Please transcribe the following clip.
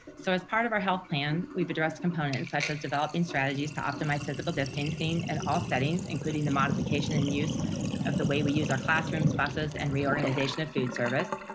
so as part of our health plan, we've addressed components such as developing strategies to optimize physical distancing and all settings, including the modification and use of the way we use our classrooms, buses and reorganization of food service.